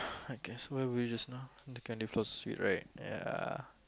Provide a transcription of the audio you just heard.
I guess where were we just now the candy-floss sweet right ya